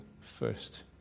first